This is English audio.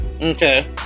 Okay